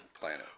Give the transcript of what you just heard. planet